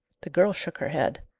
the girl shook her head.